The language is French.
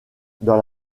dans